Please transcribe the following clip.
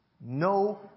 No